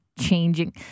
changing